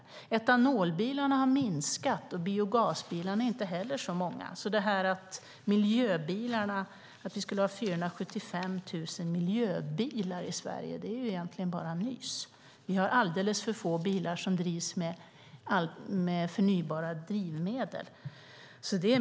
Antalet etanolbilar har minskat, och biogasbilarna är inte heller så många. Det här att vi skulle ha 475 000 miljöbilar i Sverige är egentligen bara nys. Vi har alldeles för få bilar som drivs med förnybara drivmedel.